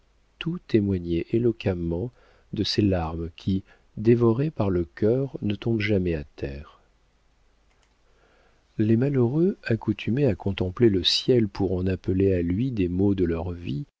tout témoignait éloquemment de ces larmes qui dévorées par le cœur ne tombent jamais à terre les malheureux accoutumés à contempler le ciel pour en appeler à lui des maux de leur vie